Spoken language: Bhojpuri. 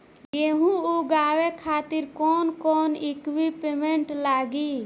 गेहूं उगावे खातिर कौन कौन इक्विप्मेंट्स लागी?